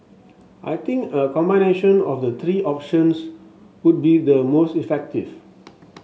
I think a combination of the three options would be the most effective